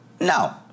No